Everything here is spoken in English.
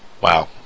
Wow